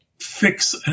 fix